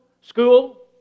School